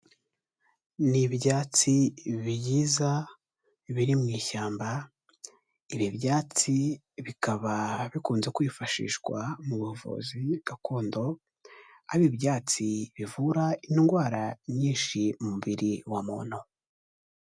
Ni ibyatsi byiza biri mu ishyamba, ibi byatsi bikaba bikunze kwifashishwa mu buvuzi gakondo, ari ibyatsi bivura indwara nyinshi mu mubiri wa muntu.